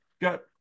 got